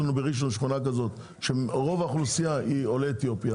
בראשון לציון למשל יש שכונה שרוב האוכלוסייה היא של עולי אתיופיה,